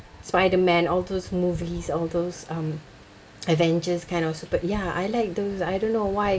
spiderman all those movies all those um avengers kind of super ya I like those I don't know why